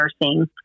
nursing